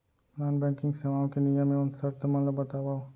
non banking सेवाओं के नियम एवं शर्त मन ला बतावव